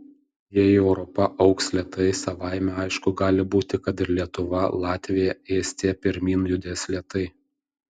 jei europa augs lėtai savaime aišku gali būti kad ir lietuva latvija estija pirmyn judės lėtai